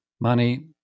money